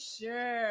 sure